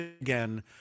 again